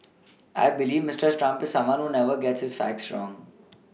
I believe Mister Trump is someone who never gets his facts wrong